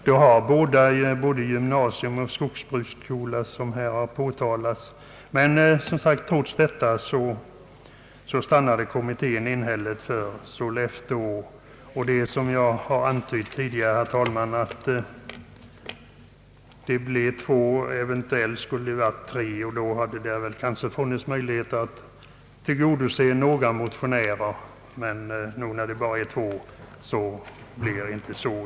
De har båda gymnasium och skogsbruksskola, men trots detta stannade alltså kommittén enhälligt för Sollefteå. Hade det blivit tre skolor, kunde man kanske tillgodosett några motionärer, men nu blir det endast två.